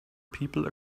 people